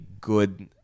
good